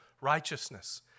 righteousness